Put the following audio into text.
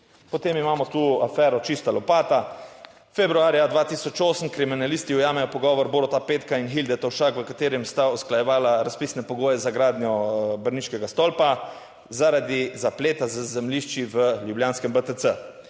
Potem imamo tu afero Čista lopata. Februarja 2008 kriminalisti ujamejo pogovor Boruta Petka in Hilde Tovšak, v katerem sta usklajevala razpisne pogoje za gradnjo brniškega stolpa zaradi zapleta z zemljišči v ljubljanskem BTC.